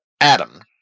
Adam